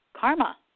karma